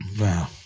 Wow